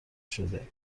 شده